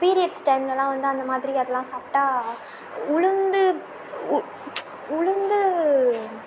periods டைம்ல எல்லாம் வந்து அந்த மாதிரி அதெல்லாம் சாப்பிட்டா உளுந்து உ உளுந்து